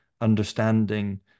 understanding